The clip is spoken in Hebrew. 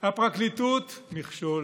הפרקליטות, מכשול,